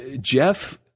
Jeff